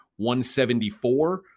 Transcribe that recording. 174